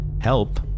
help